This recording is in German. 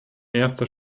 erster